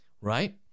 right